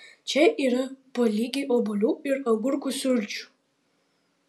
čia yra po lygiai obuolių ir agurkų sulčių